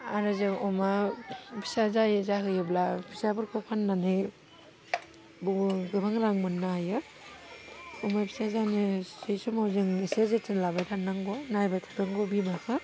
आरो जों अमा फिसा जायो जाहोयोब्ला फिसाफोरखौ फान्नानै गोबां रां मोननो हायो अमा फिसा जानोसै समाव जों इसे जोथोन लाबाय थानांगौ नायबाय थानांगौ बिमाखौ